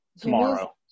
tomorrow